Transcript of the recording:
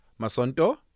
Masonto